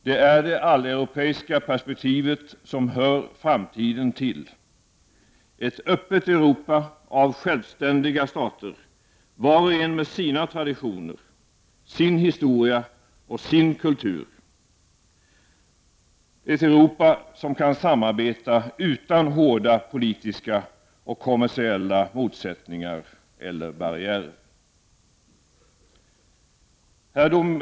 Det är det alleuropeiska perspektivet som hör framtiden till; ett öppet Europa bestående av självständiga stater, var och en med sina traditioner, sin historia och sin kultur; ett Europa som kan samarbeta utan hårda politiska och kommersiella motsättningar eller barriärer.